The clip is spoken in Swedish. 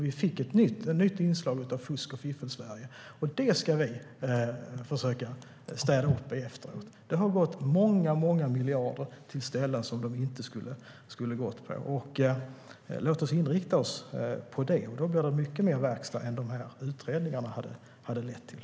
Vi fick ett nytt inslag i Fusk-och-fiffel-Sverige. Det ska vi försöka städa upp. Många, många miljarder har gått till ställen dit de inte skulle ha gått. Låt oss inrikta oss på det. Då blir det mycket mer verkstad än vad utredningarna skulle ha lett till.